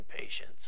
patience